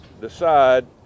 decide